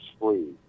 free